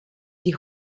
die